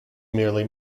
merely